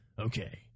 Okay